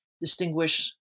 distinguish